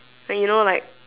like you like